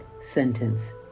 sentence